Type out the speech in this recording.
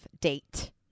date